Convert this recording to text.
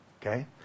Okay